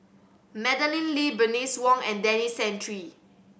Madeleine Lee Bernice Wong and Denis Santry